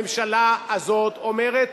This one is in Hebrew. הממשלה הזאת אומרת: